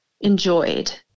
enjoyed